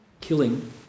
killing